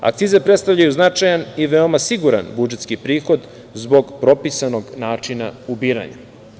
Akcize predstavljaju značajan i veoma siguran budžetski prihod zbog propisanog načina ubiranja.